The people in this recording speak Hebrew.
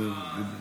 בסדר,